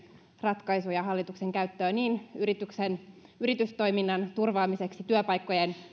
ratkaisuja hallituksen käyttöön niin yritystoiminnan turvaamiseksi työpaikkojen